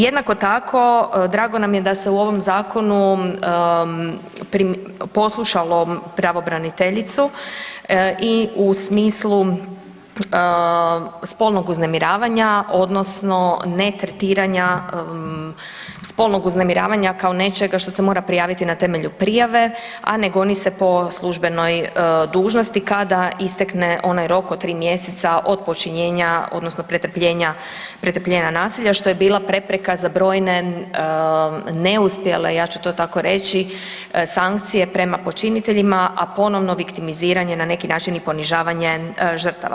Jednako tako, drago nam je da se u ovom Zakonu poslušalo pravobraniteljicu i u smislu spolnog uznemiravanja odnosno netretiranja spolnog uznemiravanja kao nečega što se mora prijaviti na temelju prijave, a ne goni se po službenoj dužnosti kada istekne onaj rok od 3 mjeseca od počinjenja odnosno pretrpljenja nasilja, što je bila prepreka za brojne, neuspjele, ja ću to tako reći, sankcije prema počiniteljima, a ponovno viktimiziranje na neki način i ponižavanje žrtava.